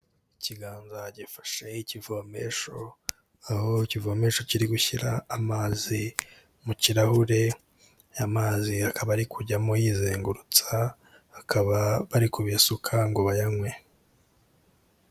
Ikiganza gifashe ikivomesho aho kivomesha kiri gushyira amazi mu kirahure, aya mazi akaba ari kujyamo yizengurutsa bakaba bari kubisuka ngo bayanywe.